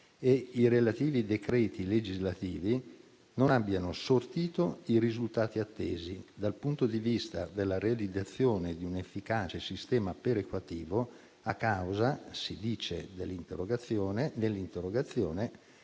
e i relativi decreti legislativi non abbiano sortito i risultati attesi dal punto di vista della realizzazione di un efficace sistema perequativo a causa - si dice nell'interrogazione